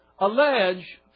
allege